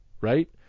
right